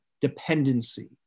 dependency